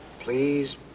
Please